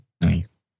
nice